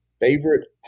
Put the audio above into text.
favorite